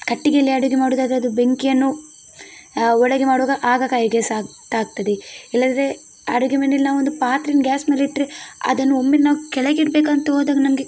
ಕಟ್ಟಿಗೆಯಲ್ಲಿ ಅಡುಗೆ ಮಾಡುವುದಾದ್ರೆ ಅದು ಬೆಂಕಿಯನ್ನು ಒಳಗೆ ಮಾಡುವಾಗ ಆಗ ಕೈಗೆ ಸಹ ತಾಗ್ತದೆ ಇಲ್ಲದಿದ್ದರೆ ಅಡುಗೆ ಮನೆಯಲ್ಲಿ ನಾವೊಂದು ಪಾತ್ರೆಯನ್ನು ಗ್ಯಾಸ್ ಮೇಲೆ ಇಟ್ಟರೆ ಅದನ್ನು ಒಮ್ಮೆ ನಾವು ಕೆಳಗಿಡಬೇಕಂತ ಹೋದಾಗ ನಮಗ